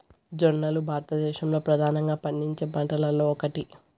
జొన్నలు భారతదేశంలో ప్రధానంగా పండించే పంటలలో ఒకటి